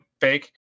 fake